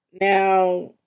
Now